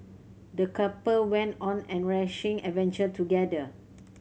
the couple went on an enriching adventure together